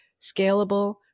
scalable